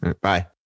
Bye